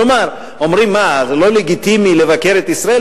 כלומר, אומרים: מה, זה לא לגיטימי לבקר את ישראל?